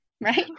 right